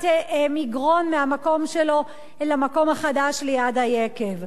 מגרון מהמקום שלו למקום החדש ליד היקב.